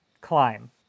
climb